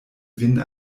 vin